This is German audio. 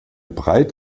breit